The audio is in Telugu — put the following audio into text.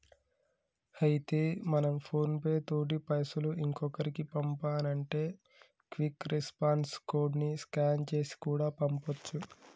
అయితే మనం ఫోన్ పే తోటి పైసలు ఇంకొకరికి పంపానంటే క్విక్ రెస్పాన్స్ కోడ్ ని స్కాన్ చేసి కూడా పంపొచ్చు